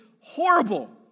horrible